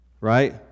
Right